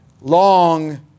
long